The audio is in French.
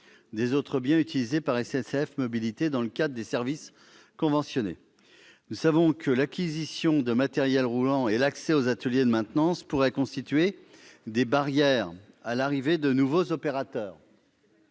des autres biens utilisés par SNCF Mobilités dans le cadre des services conventionnés. Nous savons que l'acquisition des matériels roulants et l'accès aux ateliers de maintenance pourraient constituer des barrières à l'arrivée de nouveaux opérateurs.